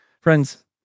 Friends